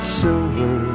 silver